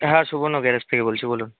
হ্যাঁ সুবর্ণ গ্যারেজ থেকে বলছি বলুন